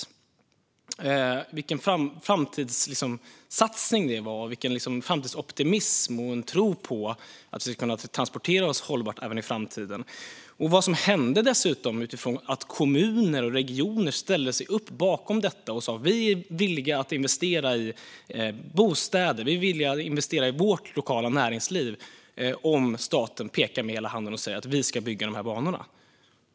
Det var en framtidssatsning med optimism och tro på att vi i framtiden skulle kunna transportera oss hållbart. Kommuner och regioner ställde sig bakom detta och var villiga att investera i bostäder och lokalt näringsliv, om staten pekade med hela handen och lovade att bygga dessa banor.